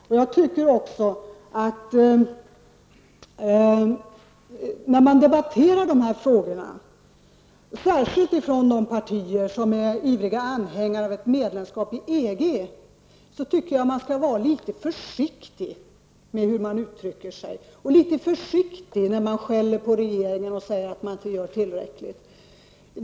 När man debatterar dessa frågor -- det gäller då särskilt de partier som är ivriga anhängare av ett medlemskap i EG -- skall man vara litet försiktig med orden. Man måste vara litet försiktig när man skäller på regeringen och säger att denna inte gör tillräckligt mycket.